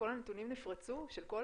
כל הנתונים נפרצו של הזה?